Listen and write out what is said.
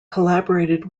collaborated